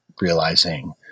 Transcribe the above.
realizing